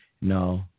No